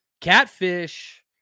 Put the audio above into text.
catfish